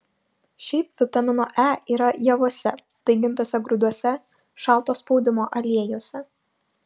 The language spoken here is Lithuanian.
šiaip vitamino e yra javuose daigintuose grūduose šalto spaudimo aliejuose